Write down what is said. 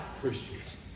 christians